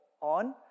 on